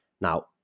Now